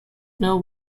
know